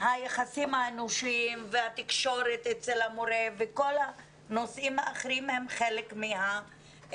היחסים האנושיים והתקשורת אצל המורה וכל הנושאים האחרים הם חלק מהעניין.